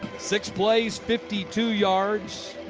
six plays, fifty two yards.